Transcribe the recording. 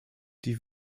die